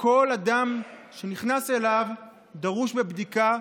שכל אדם שנכנס אליו דרוש בבדיקה,